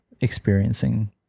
experiencing